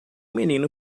menino